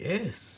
Yes